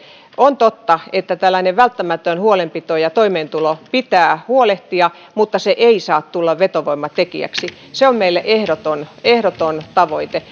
on totta että tällainen välttämätön huolenpito ja toimeentulo pitää huolehtia mutta se ei saa tulla vetovoimatekijäksi se on meille ehdoton ehdoton tavoite